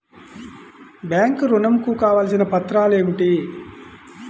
Bank ఋణం కు కావలసిన పత్రాలు ఏమిటి?